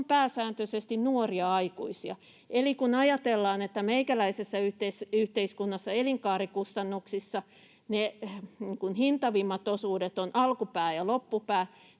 pääsääntöisesti nuoria aikuisia. Eli kun ajatellaan, että meikäläisessä yhteiskunnassa elinkaarikustannuksissa ne hintavimmat osuudet ovat alkupää ja loppupää,